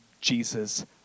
Jesus